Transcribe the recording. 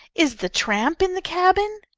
is the tramp in the cabin?